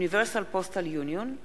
Universal Postal Union,